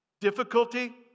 difficulty